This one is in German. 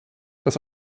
das